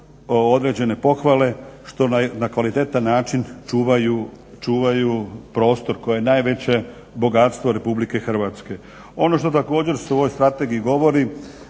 određene pohvale što na kvalitetan način čuvaju prostor koje je najveće bogatstvo RH. Ono što se također u ovoj strategiji govori